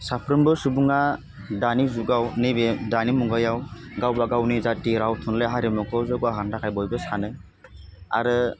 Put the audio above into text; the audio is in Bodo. साफ्रोमबो सुबुङा दानि जुगाव नैबे दानि मुगायाव गावबा गावनि जाथि राव थुनलाइ हारिमुखौ जौगा होनो थाखाय बयबो सानो आरो